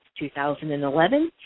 2011